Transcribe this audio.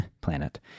planet